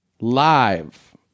live